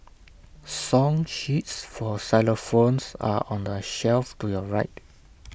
song sheets for xylophones are on the shelf to your right